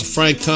Frank